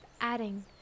adding